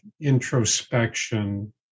introspection